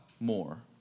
more